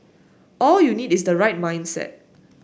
all you need is the right mindset